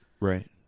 Right